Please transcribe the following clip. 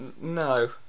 no